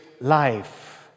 life